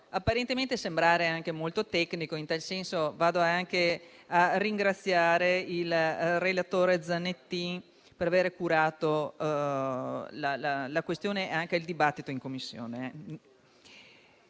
apparentemente sembrare anche molto tecnico e, in tal senso, ringrazio il relatore Zanettin per aver curato la questione e il dibattito in Commissione.